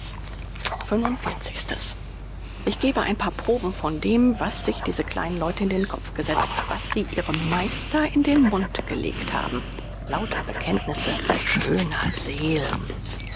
ich gebe ein paar proben von dem was sich diese kleinen leute in den kopf gesetzt was sie ihrem meister in den mund gelegt haben lauter bekenntnisse schöner seelen